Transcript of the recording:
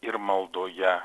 ir maldoje